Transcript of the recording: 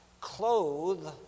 clothe